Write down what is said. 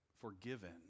forgiven